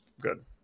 good